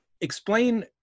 explain